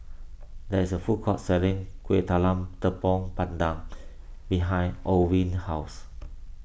there is a food court selling Kueh Talam Tepong Pandan behind Orvin's house